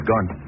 Gone